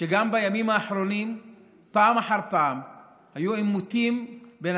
שגם בימים האחרונים פעם אחר פעם היו עימותים בין